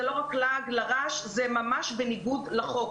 זה לא רק לעג לרש, זה ממש בניגוד לחוק.